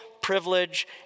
privilege